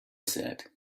said